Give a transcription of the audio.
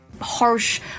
Harsh